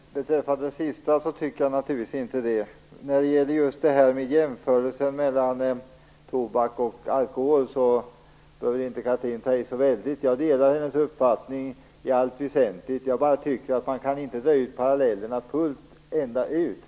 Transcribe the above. Herr talman! Beträffande den sista frågan vill jag säga att jag naturligtvis inte tycker det. När det gäller just jämförelsen mellan tobak och alkohol behöver inte Chatrine Pålsson ta i så väldigt. Jag delar hennes uppfattning i allt väsentligt. Jag tycker bara att man inte kan dra parallellerna fullt ut.